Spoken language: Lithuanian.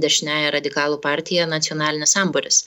dešiniąja radikalų partija nacionalinis sambūris